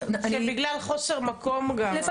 בגלל חוסר מקום גם, שמים אותו במעון פתוח.